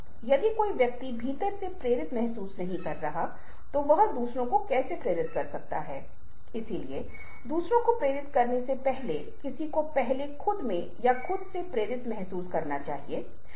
मैं कोई हथियार नहीं ले जा रहा हूं और समय के साथ आप पाते हैं कि इस प्रकार के इशारे धीरे धीरे संहिताबद्ध हो रहे हैं प्रतीक बन रहे हैं बहुत प्रतीकात्मक बन रहे हैं ताकि मूल संबंध कुछ हो जो खो गया है